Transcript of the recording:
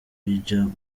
abidjan